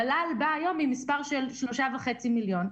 המל"ל בא היום עם מספר של 3.5 מיליון.